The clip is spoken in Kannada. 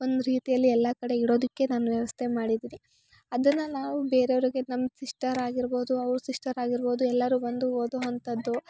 ಒಂದು ರೀತಿಯಲ್ಲಿ ಎಲ್ಲ ಕಡೆ ಇಡೋದಕ್ಕೆ ನಾನು ವ್ಯವಸ್ಥೆ ಮಾಡಿದಿನಿ ಅದನ್ನು ನಾವು ಬೇರೆಯವರಿಗೆ ನಮ್ಮ ಸಿಸ್ಟರ್ ಆಗಿರ್ಬೋದು ಅವ್ರ ಸಿಸ್ಟರ್ ಆಗಿರ್ಬೋದು ಎಲ್ಲರೂ ಬಂದು ಓದೋವಂಥದ್ದು